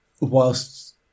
whilst